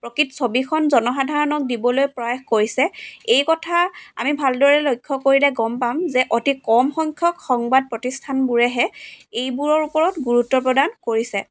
প্ৰকৃত ছবিখন জনসাধাৰণক দিবলৈ প্ৰয়াস কৰিছে এই কথা আমি ভালদৰে লক্ষ্য কৰিলে গম পাম যে অতি কম সংখ্যক সংবাদ প্ৰতিষ্ঠান বোৰেহে এইবোৰৰ ওপৰত গুৰুত্ব প্ৰদান কৰিছে